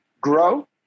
grow